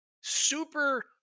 super